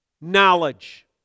knowledge